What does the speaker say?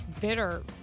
bitter